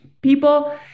people